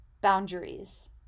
Boundaries